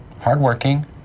Hardworking